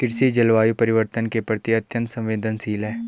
कृषि जलवायु परिवर्तन के प्रति अत्यंत संवेदनशील है